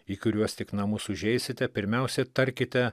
į kuriuos tik namus užeisite pirmiausia tarkite